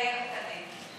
מתחייבת אני.